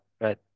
right